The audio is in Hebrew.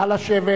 נא לשבת.